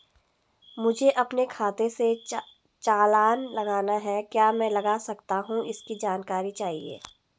मुझे अपने खाते से चालान लगाना है क्या मैं लगा सकता हूँ इसकी जानकारी चाहिए?